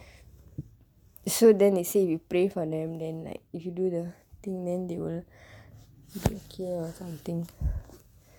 so then they say we pray for them then like if you do the thing then they will help you or something